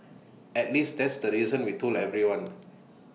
at least that's the reason we told everyone